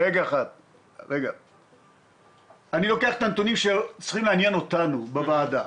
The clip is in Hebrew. אני לוקח את הנתונים שצריכים לעניין אותנו בוועדה.